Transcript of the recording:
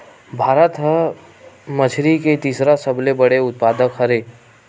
भारत हा मछरी के तीसरा सबले बड़े उत्पादक हरे